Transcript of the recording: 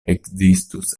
ekzistus